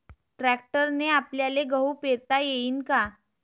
ट्रॅक्टरने आपल्याले गहू पेरता येईन का?